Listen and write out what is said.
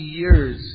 years